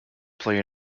play